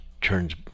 turns